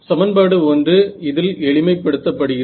சமன்பாடு 1 இதில் எளிமை படுத்தப்படுகிறது